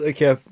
Okay